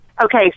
Okay